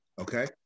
Okay